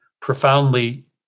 profoundly